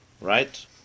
right